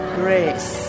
grace